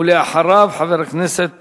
ואחריו, חבר הכנסת